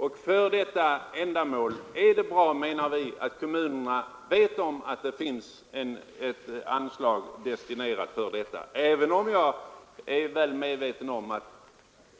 Därför menar vi att det är bra att kommunerna vet om att det finns ett anslag destinerat för detta ändamål. Jag är väl medveten om att